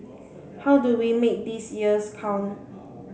how do we make these years count